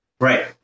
Right